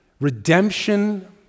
Redemption